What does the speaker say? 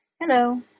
Hello